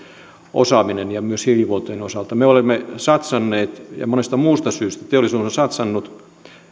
osaaminen ja myös hiilivuotojen osalta me olemme satsanneet ja monesta muusta syystä teollisuus on satsannut esimerkiksi